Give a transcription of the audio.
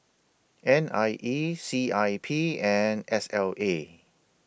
N I E C I P and S L A